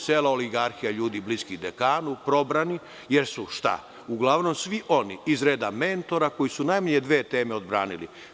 Sela oligarhija ljudi bliskih dekanu, probrani, jer su uglavnom svi oni iz reda mentora koji su najmanje dve teme odbranili.